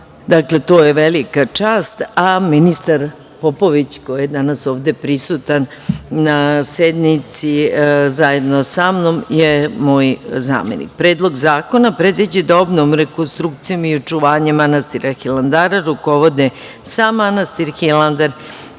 tela. Dakle, to je velika čast, a ministar Popović koji je danas ovde prisutan na sednici zajedno sa mnom je moj zamenik. Predlog zakona predviđa da obnovom, rekonstrukcijom i očuvanjem manastira Hilandara rukovode sam manastir Hilandar